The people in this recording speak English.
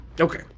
Okay